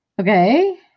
Okay